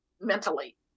mentally